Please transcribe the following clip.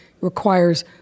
requires